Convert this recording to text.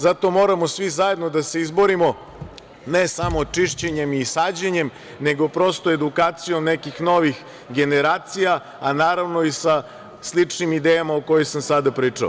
Zato moramo svi zajedno da se izborimo, ne samo čišćenjem i sađenjem, nego prosto edukacijom nekih novih generacija, a naravno i sa sličnim idejama o kojima sam sada pričao.